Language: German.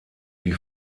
die